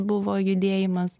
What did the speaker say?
buvo judėjimas